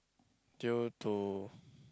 due to